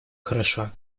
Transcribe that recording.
хорошо